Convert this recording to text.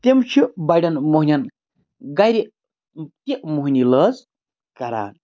تِم چھِ بَڑیٚن موہنیٚن گَرِ تہِ موہنی لٲز کَران